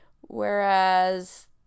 whereas